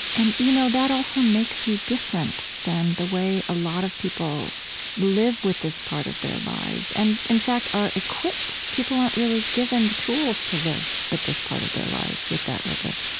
and you know that also makes you different than the way a lot of people live with this part of their lives, and in fact, are equipped. people aren't really given the tools to live with this part of their lives, with that rigor